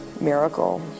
miracle